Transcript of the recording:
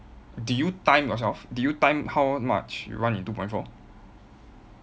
did you time yourself did you time how much you run in two point four